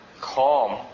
calm